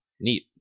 neat